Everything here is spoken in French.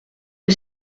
que